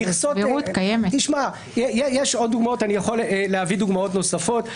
אני יכול להביא דוגמאות נוספות.